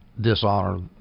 dishonor